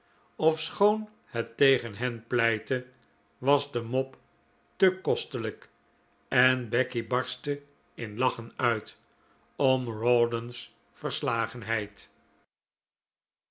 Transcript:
ofschoon het tegen hen pleitte was de mop te kostelijk en becky barstte in lachen uit om rawdon's verslagenheid